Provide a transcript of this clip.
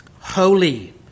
holy